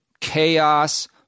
chaos